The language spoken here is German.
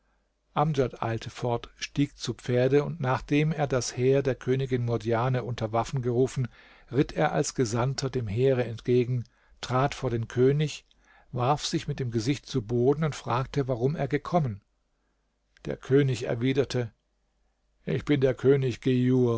amdjad eilte fort stieg zu pferde und nachdem er das heer der königin murdjane unter waffen gerufen ritt er als gesandter dem heere entgegen trat vor den könig warf sich mit dem gesicht zu boden und fragte warum er gekommen der könig erwiderte ich bin der könig